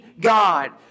God